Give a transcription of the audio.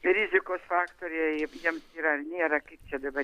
rizikos faktoriuje jiem jiems yra ar nėra kaip čia dabar